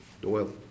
Doyle